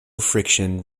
friction